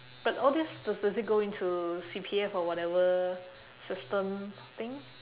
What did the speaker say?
but all these does does it go into C_P_F or whatever system thing